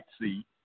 see